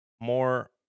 more